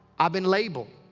i've been labeled.